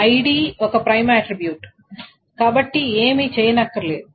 ID ఒక prime attribute కాబట్టి ఏమీ చేయనక్కరలేదు